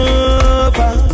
over